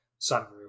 sunroof